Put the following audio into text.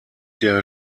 der